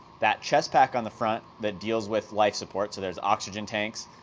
that chest pack on the front that deals with life support, so there's oxygen tanks,